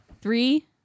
Three